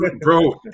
bro